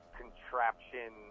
contraption